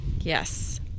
Yes